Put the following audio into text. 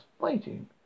waiting